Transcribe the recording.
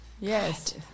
Yes